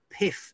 PIF